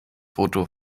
foto